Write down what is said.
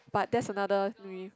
but that's another mm